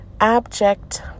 abject